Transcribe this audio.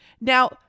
Now